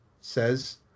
says